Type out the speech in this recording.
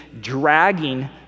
dragging